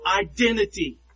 identity